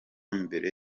mbere